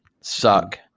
suck